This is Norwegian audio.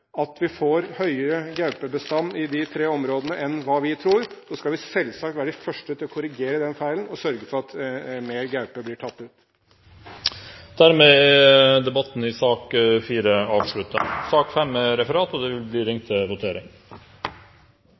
at vi får høyere gaupebestand i de tre områdene enn hva vi tror, skal vi selvsagt være de første til å korrigere den feilen og sørge for at flere gauper blir tatt ut. Dermed er debatten i sak nr. 4 avsluttet. Da er Stortinget klar til å gå til votering